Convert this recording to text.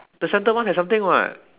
the centre one has something [what]